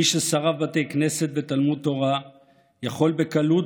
מי ששרף בתי כנסת ותלמוד תורה יכול בקלות